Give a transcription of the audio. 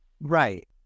Right